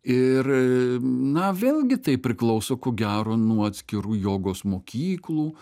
ir na vėlgi tai priklauso ko gero nuo atskirų jogos mokyklų